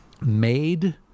made